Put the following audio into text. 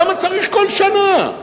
למה צריך כל שנה?